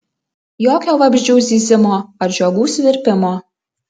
jokio vabzdžių zyzimo ar žiogų svirpimo